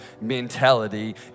mentality